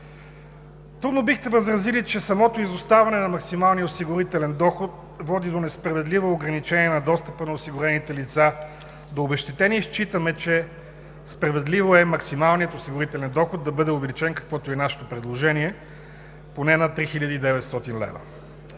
Трудно бихте възразили, че самото изоставане на максималния осигурителен доход води до несправедливо ограничение на достъпа на осигурените лица до обезщетение. Считаме, че е справедливо максималният осигурителен доход да бъде увеличен, каквото е и нашето предложение, поне на 3900 лв.